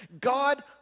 God